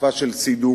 תקופה של סידורים,